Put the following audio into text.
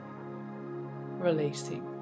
releasing